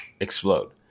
explode